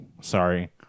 sorry